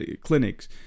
clinics